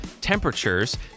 temperatures